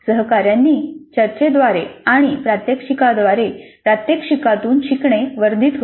सहकाऱ्यांनी चर्चेद्वारे आणि प्रात्यक्षिकेद्वारे प्रात्यक्षिकातून शिकणे वर्धित होते